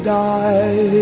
die